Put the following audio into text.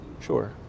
Sure